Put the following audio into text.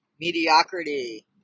Mediocrity